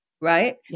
right